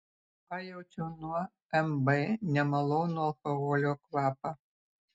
pajaučiau nuo mb nemalonų alkoholio kvapą